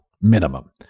minimum